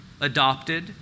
adopted